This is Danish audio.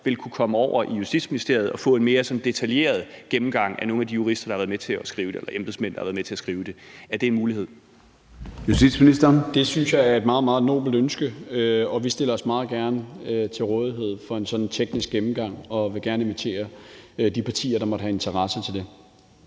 ville kunne komme over i Justitsministeriet og få en mere sådan detaljeret gennemgang fra de embedsmænd, der har været med til at skrive det. Er det en mulighed? Kl. 09:33 Formanden (Søren Gade): Justitsministeren. Kl. 09:33 Justitsministeren (Peter Hummelgaard): Det synes jeg er et meget, meget nobelt ønske, og vi stiller os meget gerne til rådighed for en sådan teknisk gennemgang og vil gerne invitere de partier, der måtte have interesse for det.